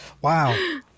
Wow